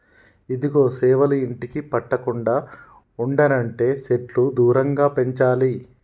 ఇదిగో సేవలు ఇంటికి పట్టకుండా ఉండనంటే సెట్లు దూరంగా పెంచాలి